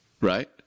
Right